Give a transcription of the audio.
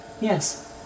Yes